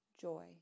Joy